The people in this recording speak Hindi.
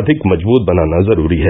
अधिक मजबूत बनाना जरूरी है